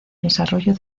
desarrollo